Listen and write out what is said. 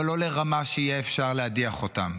אבל לא לרמה שיהיה אפשר להדיח אותם,